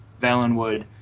Valenwood